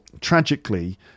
tragically